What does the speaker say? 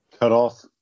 Cutoff